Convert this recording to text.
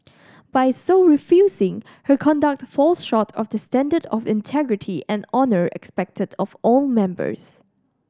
by so refusing her conduct falls short of the standard of integrity and honour expected of all members